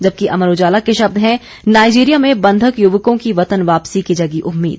जबकि अमर उजाला के शब्द हैं नाइजीरिया में बंधक युवकों की वतन वापसी की जगी उम्मीद